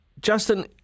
Justin